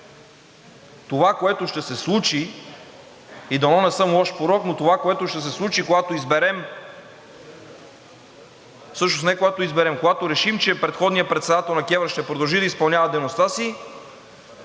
това, което ще се случи, и дано не съм лош пророк, но това, което ще се случи, когато изберем, всъщност не когато изберем, когато решим, че предходният председател на КЕВР ще продължи да изпълнява дейността си,